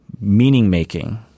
meaning-making